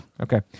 Okay